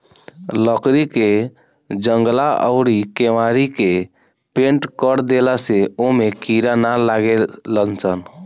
लकड़ी के जंगला अउरी केवाड़ी के पेंनट कर देला से ओमे कीड़ा ना लागेलसन